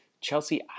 Chelsea